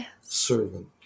servant